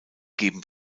geben